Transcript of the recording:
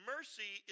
Mercy